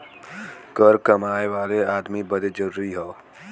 कर कमाए वाले अदमी बदे जरुरी हौ